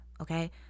Okay